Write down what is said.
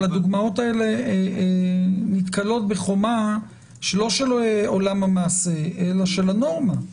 אבל הדוגמאות האלה נתקלות בחומה לא של עולם המעשה אלא של הנורמה.